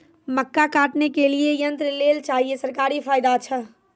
मक्का काटने के लिए यंत्र लेल चाहिए सरकारी फायदा छ?